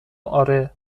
آره